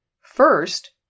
First